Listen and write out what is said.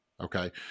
Okay